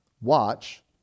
Watch